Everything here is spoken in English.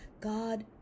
God